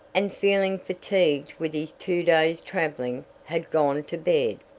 and, feeling fatigued with his two days' traveling, had gone to bed.